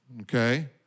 okay